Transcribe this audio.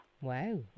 Wow